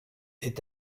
est